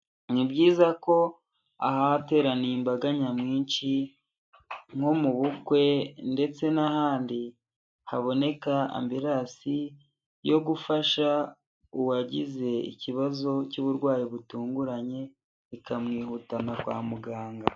Ni byiza ko ahateraniye imbaga nyamwinshi nko mu bukwe ndetse n'ahandi, haboneka ambirasi yo gufasha uwagize ikibazo cy'uburwayi butunguranye, ikamwihutana kwa muganga.